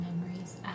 memories